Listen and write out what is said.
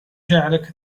جعلك